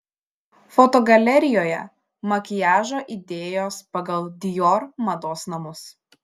fotogalerijoje makiažo idėjos pagal dior mados namus